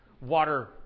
water